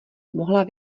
mohla